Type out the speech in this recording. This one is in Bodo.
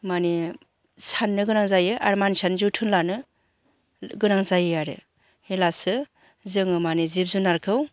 मानि सान्नो गोनां जायो आरो मानसियानो जोथोन लानो गोनां जायो आरो हेलासो जोङो माने जिब जुनारखौ